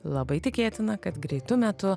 labai tikėtina kad greitu metu